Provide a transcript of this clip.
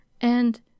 and—